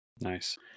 nice